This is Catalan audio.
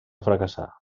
fracassar